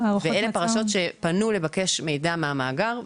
אלה פרשות שפנו לבקש מידע מהמאגר,